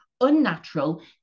unnatural